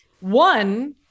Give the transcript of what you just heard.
one